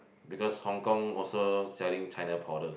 because Hong-Kong also selling China powder